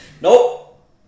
Nope